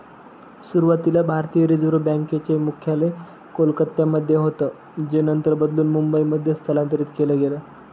सुरुवातीला भारतीय reserve bank चे मुख्यालय कोलकत्यामध्ये होतं जे नंतर बदलून मुंबईमध्ये स्थलांतरीत केलं गेलं